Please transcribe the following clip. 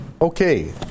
Okay